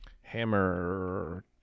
Hammer